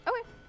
okay